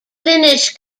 finnish